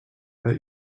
that